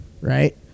Right